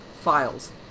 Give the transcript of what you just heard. Files